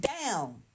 down